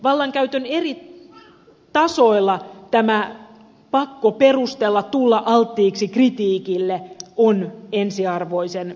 vallankäytön eri tasoilla tämä pakko perustella tulla alttiiksi kritiikille on ensiarvoisen tärkeää